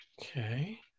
Okay